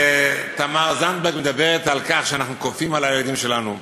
ותמר זנדברג מדברת על כך שאנחנו כופים על הילדים שלנו.